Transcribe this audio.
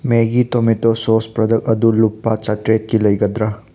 ꯃꯦꯒꯤ tomato sauce product ꯑꯗꯨ ꯂꯨꯄꯥ ꯆꯥꯇ꯭ꯔꯦꯠꯀꯤ ꯂꯩꯒꯗ꯭ꯔꯥ